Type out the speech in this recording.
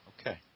okay